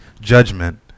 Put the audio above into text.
judgment